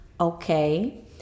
okay